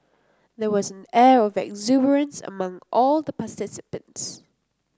there was an air of exuberance among all the participants